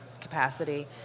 capacity